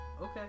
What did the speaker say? Okay